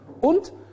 und